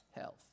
health